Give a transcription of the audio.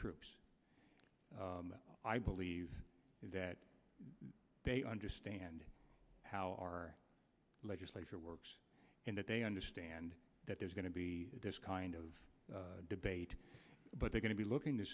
troops i believe that they understand how our legislature works in that they understand that there's going to be this kind of debate but we're going to be looking to